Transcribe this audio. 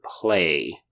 play